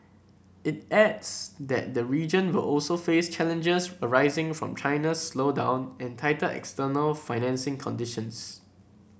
it adds that the region will also face challenges arising from China's slowdown and tighter external financing conditions